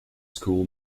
school